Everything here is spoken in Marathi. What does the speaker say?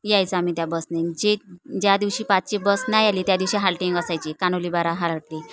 यायचं आम्ही त्या बसने जे ज्या दिवशी पाचची बस नाही आली त्या दिवशी हालटिंग असायची कान्होलीबारा हाराटी